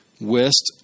West